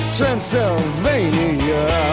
Transylvania